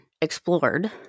explored